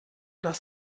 dass